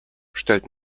stellt